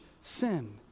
sin